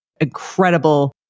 incredible